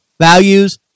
values